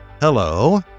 Hello